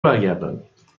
برگردانید